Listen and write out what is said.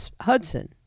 Hudson